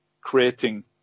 creating